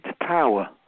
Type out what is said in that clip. power